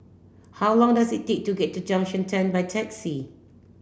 how long does it take to get to Junction ten by taxi